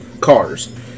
cars